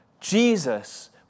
Jesus